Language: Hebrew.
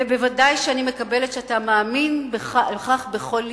ובוודאי שאני מקבלת שאתה מאמין בכך בכל לבך.